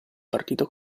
partito